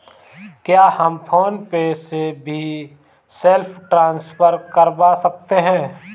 क्या हम PhonePe से भी सेल्फ ट्रांसफर करवा सकते हैं?